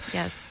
Yes